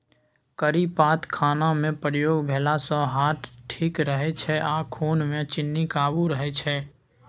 करी पात खानामे प्रयोग भेलासँ हार्ट ठीक रहै छै आ खुनमे चीन्नी काबू रहय छै